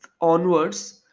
onwards